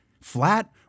flat